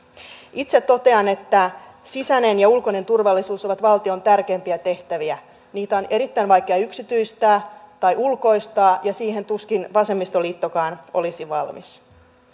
itse totean että sisäinen ja ulkoinen turvallisuus ovat valtion tärkeimpiä tehtäviä niitä on erittäin vaikea yksityistää tai ulkoistaa ja siihen tuskin vasemmistoliittokaan olisi valmis